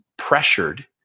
pressured